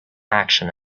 action